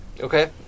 Okay